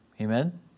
Amen